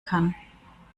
kann